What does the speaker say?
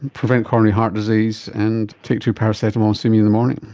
prevent coronary heart disease and take two paracetamol, see me in the morning.